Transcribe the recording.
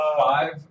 five